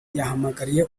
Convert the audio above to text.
yahamagariye